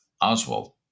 Oswald